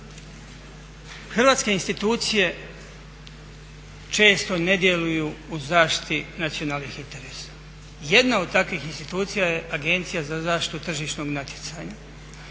Hrvatske institucije često ne djeluju u zaštiti nacionalnih interesa. Jedna od takvih institucija je Agencija za zaštitu tržišnog natjecanja